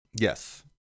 Yes